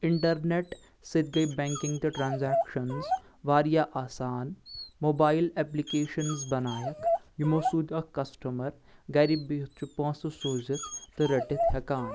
internet سۭتۍ گٔیے banking تہٕ ٹرانزاٮ۪کشنٕز واریاہ آسان موبایِل اٮ۪پلکیشنٕز بنایکھ یِمو سۭتۍ اکھ کسٹمر گرِ بِہِتھ چھُ پۄنٛسہٕ سوٗزِتھ تہٕ رٔٹِتھ ہٮ۪کان